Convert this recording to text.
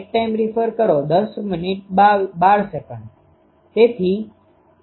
તેથી આ વ્યક્તિગત પ્રવાહ તત્વ છે